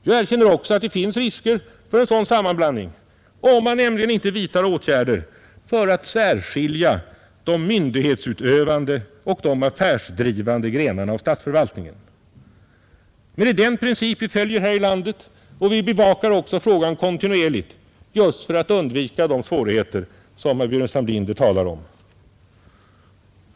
Jag erkänner också att det finns risker för en sådan sammanblandning, om man nämligen inte vidtar åtgärder för att särskilja de myndighetsutövande och de affärsdrivande grenarna av statsförvaltningen. Men det gör vii den princip vi följer här i landet, och vi bevakar också frågan kontinuerligt just för att undvika de svårigheter som herr Burenstam Linder talar om.